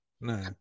No